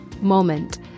moment